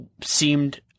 seemed